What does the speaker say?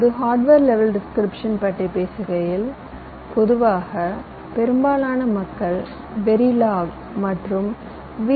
இப்போது hardware language டிஸ்கிரிக்ஷன்ஐ பற்றி பேசுகையில் பொதுவாக பெரும்பாலான மக்கள் வெரிலாக் மற்றும் வி